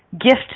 gift